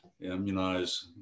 immunize